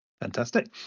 Fantastic